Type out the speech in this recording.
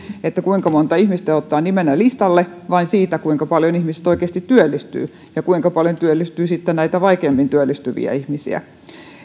siitä kuinka monta ihmistä ne ottavat niminä listalle vai siitä kuinka paljon ihmiset oikeasti työllistyvät ja kuinka paljon työllistyy sitten näitä vaikeimmin työllistyviä ihmisiä